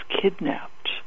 kidnapped